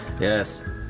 Yes